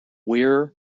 weir